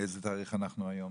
איזה תאריך אנחנו היום?